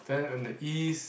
then on the East